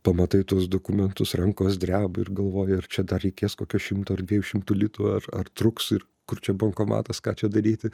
pamatai tuos dokumentus rankos dreba ir galvoji ar čia dar reikės kokio šimto ar dviejų šimtų litų ar ar truks ir kur čia bankomatas ką čia daryti